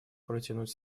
протянуть